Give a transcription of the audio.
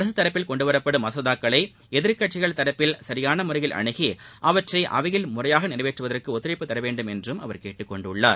அரசு தரப்பில் கொண்டுவரப்படும் மசோதாக்களை எதிர்க்கட்சிகள் தரப்பில் சரியான முறையில் அணுகி அவற்றை அவையில் முறையாக நிறைவேற்றுவதற்கு ஒத்துழழப்பு தர வேண்டும் என்றும் அவர் கேட்டுக் கொண்டுள்ளார்